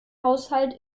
haushalt